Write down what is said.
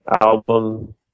album